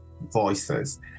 voices